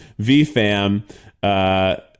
Vfam